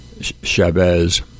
Chavez